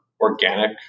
organic